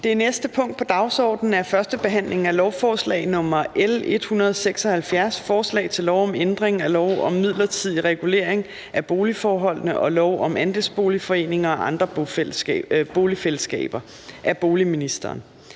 Det næste punkt på dagsordenen er: 4) 1. behandling af lovforslag nr. L 176: Forslag til lov om ændring af lov om midlertidig regulering af boligforholdene og lov om andelsboligforeninger og andre boligfællesskaber. (Øgede